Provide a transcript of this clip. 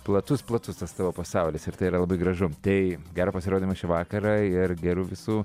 platus platus tas tavo pasaulis ir tai yra labai gražu tai gero pasirodymo šį vakarą ir gerų visų